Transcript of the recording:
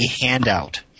handout